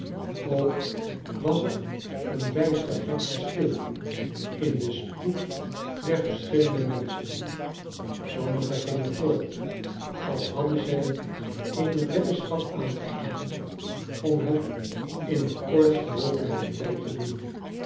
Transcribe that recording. ook was er een bijster gek verschil in den spoed der verschillende menschen sommigen gingen voort als hadden zij eene weddenschap aangegaan om het in denkortstmogelijken tijd te doen